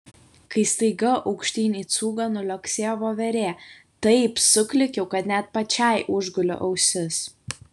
kai staiga aukštyn į cūgą nuliuoksėjo voverė taip suklykiau kad net pačiai užgulė ausis